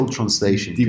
translation